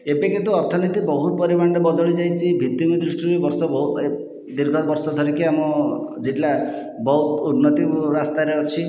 ଏବେ କିନ୍ତୁ ଅର୍ଥନୀତି ବହୁତ ପରିମାଣରେ ବଦଳି ଯାଇଛି ଭିର୍ତ୍ତିଭୁମି ଦୃଷ୍ଟିରୁ ବର୍ଷ ବହୁ ଦୀର୍ଘ ବର୍ଷ ଧରିକି ଆମ ଜିଲ୍ଲା ବହୁତ ଉନ୍ନତି ରାସ୍ତାରେ ଅଛି